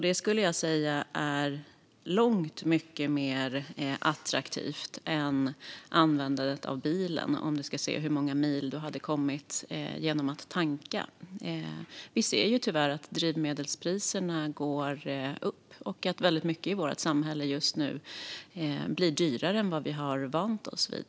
Det skulle jag säga är långt mycket mer attraktivt än användandet av bilen om vi ser till hur många mil man hade kommit på att tanka. Vi ser ju tyvärr att drivmedelspriserna går upp och att väldigt mycket i vårt samhälle just nu blir dyrare än vi har varit vana vid.